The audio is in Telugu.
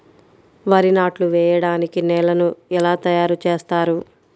వరి నాట్లు వేయటానికి నేలను ఎలా తయారు చేస్తారు?